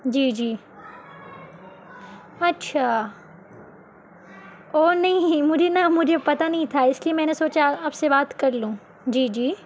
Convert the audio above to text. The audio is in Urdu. جی جی اچھا او نہیں مجھے نہ مجھے پتہ نہیں تھا اس لیے میں نے سوچا آپ سے بات کر لوں جی جی